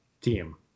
team